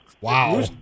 Wow